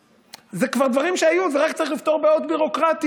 זה כבר דברים שהיו ורק צריך לפתור בעיות ביורוקרטיות.